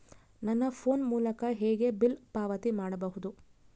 ನನ್ನ ಫೋನ್ ಮೂಲಕ ಹೇಗೆ ಬಿಲ್ ಪಾವತಿ ಮಾಡಬಹುದು?